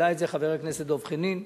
העלה את זה חבר הכנסת דב חנין.